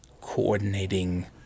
coordinating